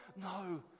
No